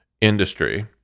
industry